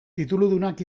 tituludunak